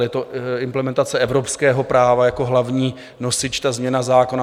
Je to implementace evropského práva jako hlavní nosič, ta změna zákona.